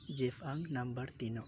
Jeff ᱟᱜ number ᱛᱤᱱᱟᱹᱜ